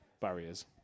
barriers